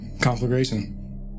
conflagration